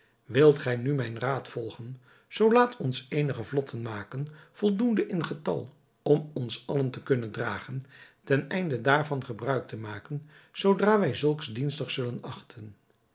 wilt gij nu mijn raad volgen zoo laat ons eenige vlotten maken voldoende in getal om ons allen te kunnen dragen ten einde daarvan gebruik te maken zoodra wij zulks dienstig zullen achten